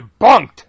debunked